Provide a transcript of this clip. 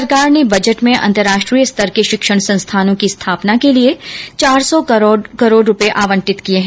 सरकार ने बजट में अंतर्राष्ट्रीय स्तर के शिक्षण संस्थानों के स्थापना के लिए चार सौ करोड़ रुपये आवंटित किये है